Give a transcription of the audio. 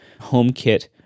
HomeKit